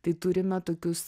tai turime tokius